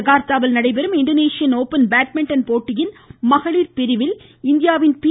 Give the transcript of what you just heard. ஜகார்த்தாவில் நடைபெறும் Indonesian open badminton போட்டியின் மகளிர் பிரிவில் இந்தியாவின் பி